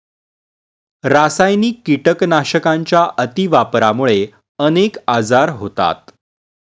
रासायनिक कीटकनाशकांच्या अतिवापरामुळे अनेक आजार होतात